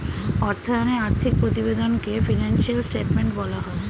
অর্থায়নে আর্থিক প্রতিবেদনকে ফিনান্সিয়াল স্টেটমেন্ট বলা হয়